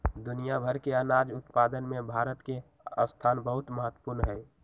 दुनिया भर के अनाज उत्पादन में भारत के स्थान बहुत महत्वपूर्ण हई